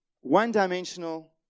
one-dimensional